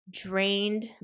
drained